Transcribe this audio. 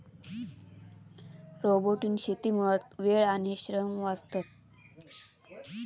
robotic शेतीमुळा वेळ आणि श्रम वाचतत